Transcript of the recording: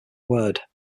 word